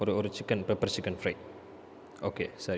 ஒரு ஒரு chicken pepper chicken fry okay சரி